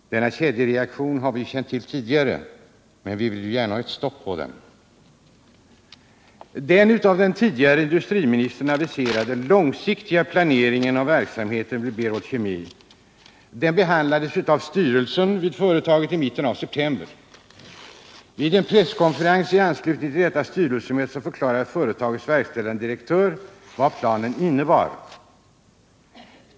Denna kedjereaktion har vi känt till tidigare, men vi vill gärna ha ett stopp på den. Den av den tidigare industriministern aviserade långsiktiga planeringen av verksamheten vid Berol Kemi behandlades av företagets styrelse i mitten av september. Vid en presskonferens i anslutning till detta styrelsemöte förklarade företagets verkställande direktör vad planen innebar.